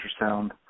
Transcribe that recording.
ultrasound